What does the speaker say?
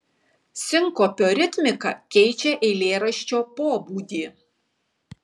sinkopio ritmika keičia eilėraščio pobūdį